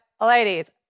Ladies